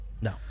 No